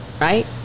Right